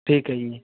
ਠੀਕ ਹੈ ਜੀ